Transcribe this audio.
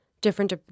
different